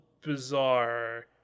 bizarre